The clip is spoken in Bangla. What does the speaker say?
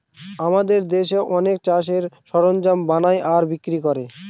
আমাদের দেশে অনেকে চাষের সরঞ্জাম বানায় আর বিক্রি করে